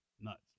Nuts